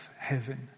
heaven